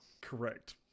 Correct